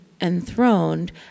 enthroned